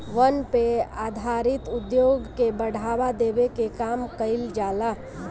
वन पे आधारित उद्योग के बढ़ावा देवे के काम कईल जाला